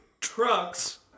Trucks